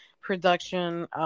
production